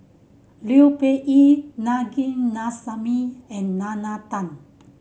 Liu Peihe Na Govindasamy and Nalla Tan